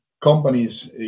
companies